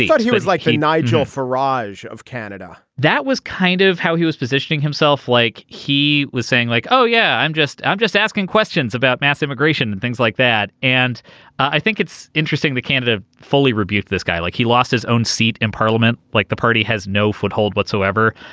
he but he was like hey nigel faraj of canada. that was kind of how he was positioning himself like he was saying like oh yeah i'm just i'm just asking questions about mass immigration and things like that. and i think it's interesting that canada fully rebuked this guy like he lost his own seat in parliament like the party has no foothold whatsoever.